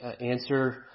answer